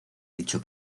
dicho